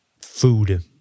food